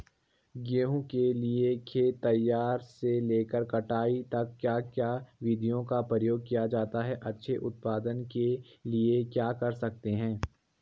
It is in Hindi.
गेहूँ के लिए खेत तैयार से लेकर कटाई तक क्या क्या विधियों का प्रयोग किया जाता है अच्छे उत्पादन के लिए क्या कर सकते हैं?